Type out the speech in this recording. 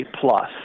plus